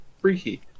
Freaky